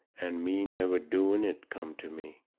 and me never doing it, come to me.